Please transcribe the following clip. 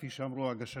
כפי שאמרו הגששים.